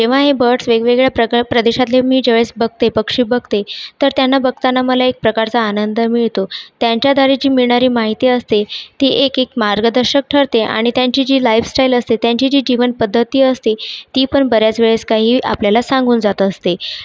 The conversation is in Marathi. जेव्हा हे बर्ड्स वेगवेगळ्या प्रदेशातले मी ज्यावेळेस बघते पक्षी बघते तर त्यांना बघताना मला एक प्रकारचा आनंद मिळतो त्यांच्याद्वारे जी मिळणारी माहिती असते ती एक एक मार्गदर्शक ठरते आणि त्यांची जी लाईफस्टाईल असते त्यांची जी जीवनपद्धती असते ती पण बऱ्याच वेळेस काही आपल्याला सांगून जात असते